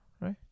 Right